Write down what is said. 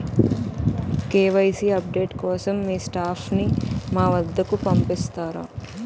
KYC update కోసం మీ staff ని మా వద్దకు పంపిస్తారా?